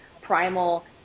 primal